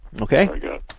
Okay